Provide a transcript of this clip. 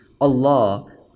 Allah